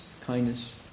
kindness